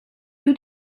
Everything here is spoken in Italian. più